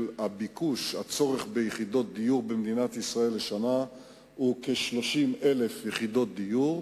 הצורך ביחידות דיור במדינת ישראל לשנה הוא כ-30,000 יחידות דיור,